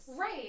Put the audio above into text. Right